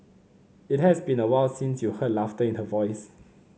it has been awhile since you heard laughter in her voice